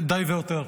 די והותר,